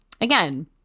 again